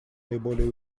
наиболее